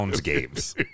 games